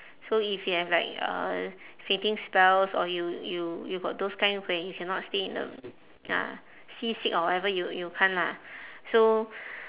so if you have like uh fainting spells or you you you got those kind where you cannot stay in the ya seasick or whatever you you can't lah so